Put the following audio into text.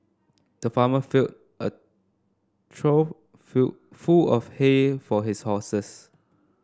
the farmer filled a trough feel full of hay for his horses